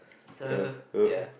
so ya